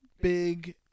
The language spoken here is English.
big